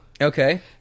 Okay